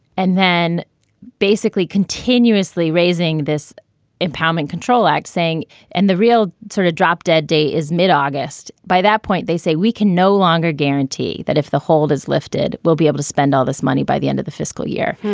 and then basically continuously raising this empowerment control act, saying and the real sort of drop dead day is mid-august. by that point, they say we can no longer guarantee that if the hold is lifted, we'll be able to spend all this money by the end of the fiscal year,